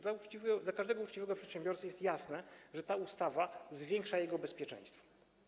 Dla każdego uczciwego przedsiębiorcy jest jasne, że ta ustawa zwiększa jego bezpieczeństwo.